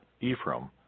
Ephraim